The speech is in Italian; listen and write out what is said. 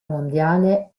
mondiale